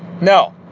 No